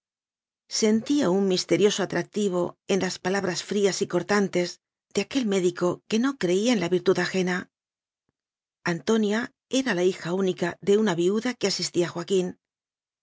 sentía un misterioso atractivo en las palabras frías y cortantes de aquel médico que no creía en la virtud ajena antonia era la hija única de una viuda a que asistía joaquín